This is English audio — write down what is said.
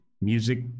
music